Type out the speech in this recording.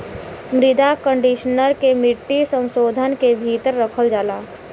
मृदा कंडीशनर के मिट्टी संशोधन के भीतर रखल जाला